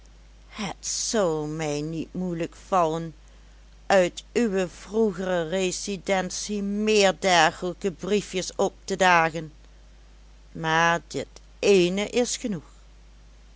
het zou mij niet moeilijk vallen uit uwe vroegere residentie meer dergelijke briefjes op te dagen maar dit eene is genoeg